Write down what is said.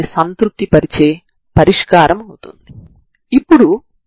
కాబట్టి u2 00u2 ηη0 అవుతుంది